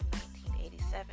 1987